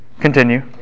Continue